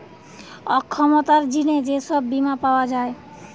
অক্ষমতার জিনে যে সব বীমা পাওয়া যায়